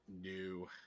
new